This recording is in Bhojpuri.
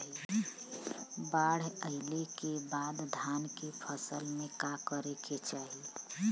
बाढ़ आइले के बाद धान के फसल में का करे के चाही?